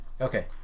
okay